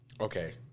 okay